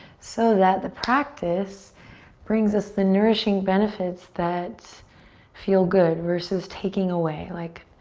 so that the practice brings us the nourishing benefits that feel good versus taking away. like,